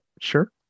Sure